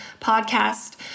podcast